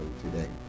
today